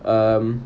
um